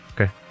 Okay